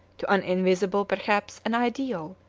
to an invisible, perhaps an ideal,